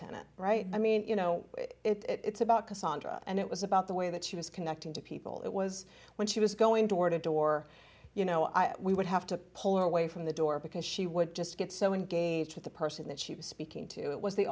tenant right i mean you know it's about cassandra and it was about the way that she was connecting to people it was when she was going toward a door you know i would have to pull away from the door because she would just get so engaged with the person that she was speaking to it was the